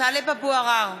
טלב אבו עראר,